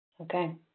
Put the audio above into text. Okay